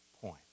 point